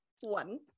One